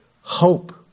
Hope